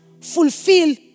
fulfill